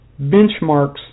benchmarks